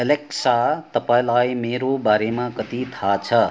Alexa तपाईँलाई मेरो बारेमा कति थाहा छ